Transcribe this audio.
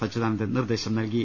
അച്യുതാനന്ദൻ നിർദ്ദേശം നൽകി